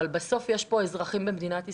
אבל בסוף, יש אזרחים במדינת ישראל,